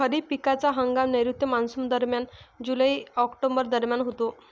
खरीप पिकांचा हंगाम नैऋत्य मॉन्सूनदरम्यान जुलै ऑक्टोबर दरम्यान होतो